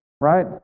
right